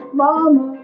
mama